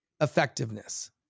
effectiveness